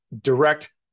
direct